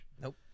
Nope